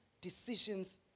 decisions